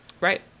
Right